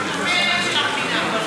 של המדינה,